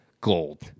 gold